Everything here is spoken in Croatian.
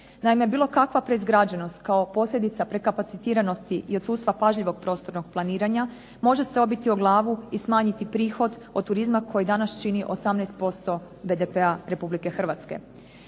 Naime, bilo kakva preizgrađenost kao posljedica prekapacitiranosti i odsustva pažljivog prostornog planiranja može se obiti o glavu i smanjiti prihod od turizma koji danas čini 18% BDP-a Republike Hrvatske.